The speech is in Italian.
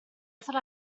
sala